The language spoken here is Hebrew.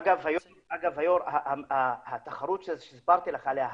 אגב, היושב ראש, התחרות שסיפרתי לך, ההאקתון,